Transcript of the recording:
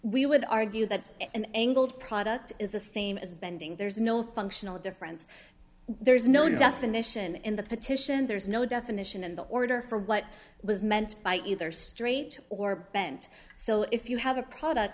we would argue that an angled product is the same as bending there's no functional difference there's no definition in the petition there's no definition in the order for what was meant by either straight or bent so if you have a product